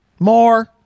More